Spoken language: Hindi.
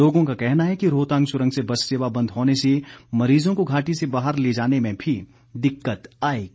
लोगों का कहना है रोहतांग सुरंग से बस सेवा बंद होने से मरीजों को घाटी से बाहर ले जाने में भी दिक्कत आएगी